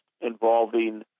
involving